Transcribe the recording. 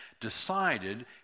decided